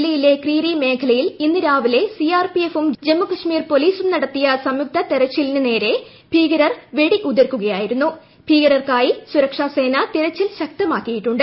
ജില്ലയിലെ ക്രീരി മേഖലയിൽ ഇന്ന് രാവിലെ സിആർപിഎഫും ജമ്മു കാശ്മീർ പൊലീസും നടത്തിയ സംയുക്ത തിരച്ചിലിന് നേരെ ഭീകരർ വെടിയുതിർക്കുകയായിരുന്നു ഭീകരർക്കയി സുരക്ഷാസേന തിരച്ചിൽ ശക്തമാക്കിയിട്ടുണ്ട്